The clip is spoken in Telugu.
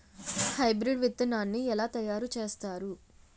హైబ్రిడ్ విత్తనాన్ని ఏలా తయారు చేస్తారు?